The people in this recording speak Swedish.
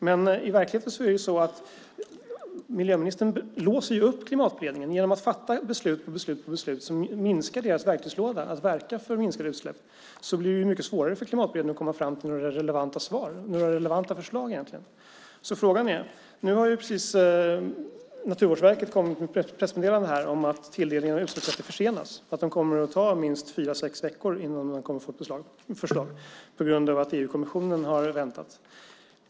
Men i verkligheten är det ju så att miljöministern låser upp klimatberedningen genom att fatta beslut efter beslut som minskar beredningens verktygslåda att verka för minskade utsläpp. Då blir det mycket svårare för klimatberedningen att komma fram till några relevanta förslag. Nu har precis Naturvårdsverket kommit med ett pressmeddelande här om att tilldelningen av utsläppsrätter försenas och att det kommer att ta minst fyra-sex veckor innan det kommer något förslag på grund av att EU-kommissionen har väntat.